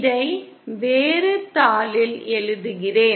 இதை வேறு தாளில் எழுதுகிறேன்